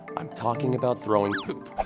i'm talking about throwing poop.